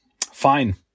fine